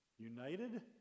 United